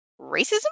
racism